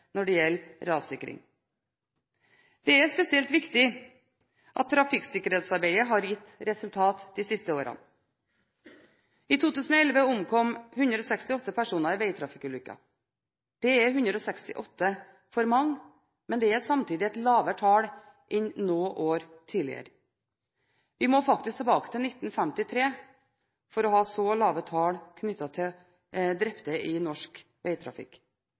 når det gjelder rassikring. Det er spesielt viktig at trafikksikkerhetsarbeidet har gitt resultater de siste årene. I 2011 omkom 168 personer i veitrafikkulykker. Det er 168 for mange, men det er samtidig et lavere tall enn noe år tidligere. Vi må faktisk tilbake til 1953 for å finne så lave tall knyttet til drepte i norsk